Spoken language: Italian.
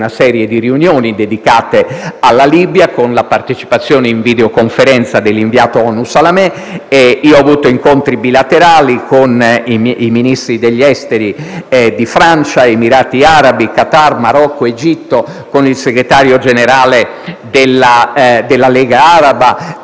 serie di riunioni dedicate alla Libia, con la partecipazione in videoconferenza dell'inviato ONU Salamè. Ho avuto incontri bilaterali con i Ministri degli esteri di Francia, Emirati Arabi, Qatar, Marocco, Egitto, con il Segretario Generale della Lega araba e